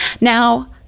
Now